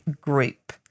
group